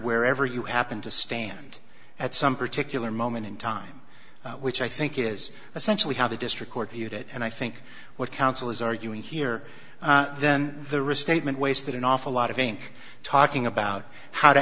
wherever you happen to stand at some particular moment in time which i think is essentially how the district court viewed it and i think what counsel is arguing here then the restatement wasted an awful lot of ink talking about how to